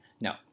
No